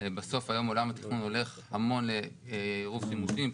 בסוף עולם התכנון היום הולך המון לעירוב שימושים,